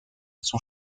son